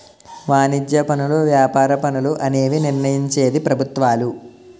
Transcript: వాణిజ్య పనులు వ్యాపార పన్నులు అనేవి నిర్ణయించేది ప్రభుత్వాలు